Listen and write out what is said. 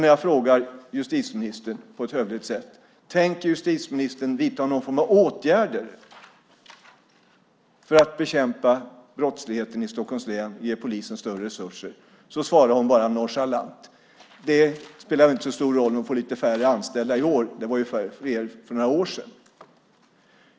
När jag hövligt frågar justitieministern om hon tänker vidta någon form av åtgärder för att bekämpa brottsligheten i Stockholms län och för att ge polisen större resurser svarar hon bara nonchalant: Det spelar väl inte så stor roll om de får lite färre anställda i år. Det var ju fler för några år sedan.